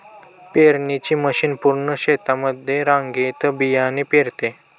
पेरणीची मशीन पूर्ण शेतामध्ये रांगेत बियाणे पेरते